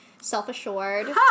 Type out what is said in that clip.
Self-assured